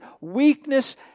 weakness